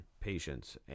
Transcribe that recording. patients